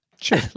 Sure